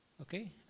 okay